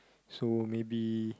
so maybe